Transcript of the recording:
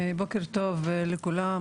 בוקר טוב לכולם,